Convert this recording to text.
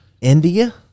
India